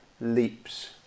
leaps